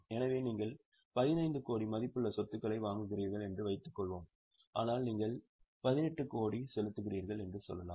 எனவே நீங்கள் 15 கோடி மதிப்புள்ள சொத்துக்களை வாங்குகிறீர்கள் என்று வைத்துக்கொள்வோம் ஆனால் நீங்கள் 18 கோடி செலுத்துகிறீர்கள் என்று சொல்லலாம்